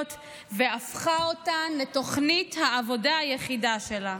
והפכה אותן לתוכנית העבודה היחידה שלה.